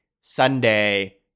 Sunday